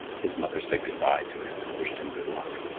his mother said good-bye to him and wished him good luck.